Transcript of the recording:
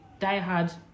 diehard